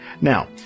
Now